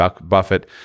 Buffett